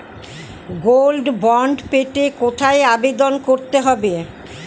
Gold bond পেতে কোথায় আবেদন করতে হবে?